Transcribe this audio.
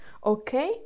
Okay